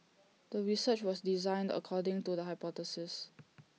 the research was designed according to the hypothesis